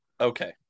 okay